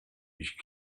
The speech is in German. ich